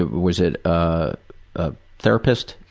was it a ah therapist?